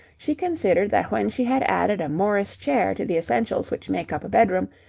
she considered that when she had added a morris chair to the essentials which make up a bedroom,